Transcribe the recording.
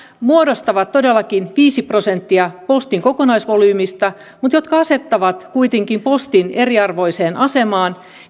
muodostaa todellakin viisi prosenttia postin kokonaisvolyymistä mutta joka asettaa kuitenkin postin eriarvoiseen asemaan